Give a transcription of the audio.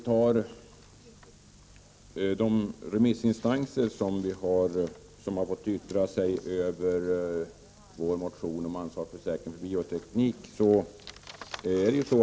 Fyra remissinstanser har fått yttra sig över vår motion om en ansvarsförsäkring på bioteknikens område.